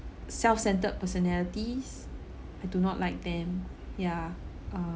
self-centered personalities I do not like them yeah uh